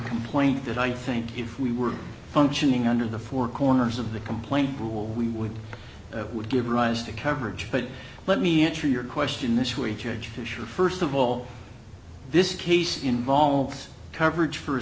complaint that i think if we were functioning under the four corners of the complaint rule we would that would give rise to coverage but let me answer your question this week huge issue first of all this case involved coverage for a